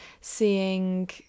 seeing